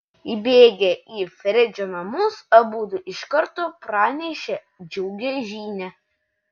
įbėgę į fredžio namus abudu iš karto pranešė džiugią žinią